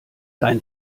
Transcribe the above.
dein